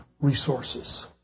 resources